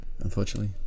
unfortunately